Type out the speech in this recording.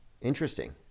interesting